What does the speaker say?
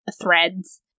threads